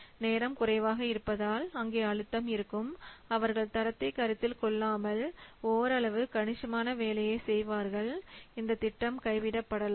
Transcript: நேரம் குறைவாக இருப்பதால் அங்கே அழுத்தம் இருக்கும் அவர்கள் தரத்தை கருத்தில் கொள்ளாமல் ஓரளவு கணிசமான வேலையை செய்வார்கள் இந்த திட்டம் கைவிடப்படலாம்